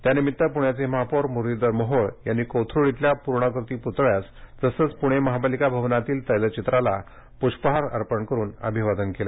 त्यानिमित्त पुण्याचे महापौर मुरलीधर मोहोळ यांनी कोथरूड इथल्या पूर्णाकृती पूतळ्यास तसंच पूर्णे महापालिका भवनातील तैलचित्रास पुष्पहार अर्पण करून अभिवादन केलं